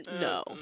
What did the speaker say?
No